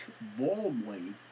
boldly